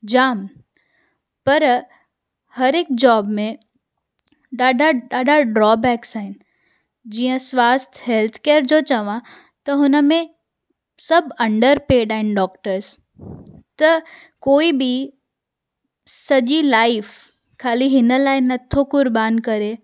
जाम पर हरेक जॉब में ॾाढा ॾाढा ड्रॉ बेक्स आहिनि जीअं स्वास्थ हेल्थ केयर जो चवांं त हुन में सभु अंडरपेड आहिनि डॉक्टर्स त कोई बि सॼी लाइफ़ ख़ाली हिन लाइ नथो कुर्बान करे